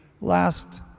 last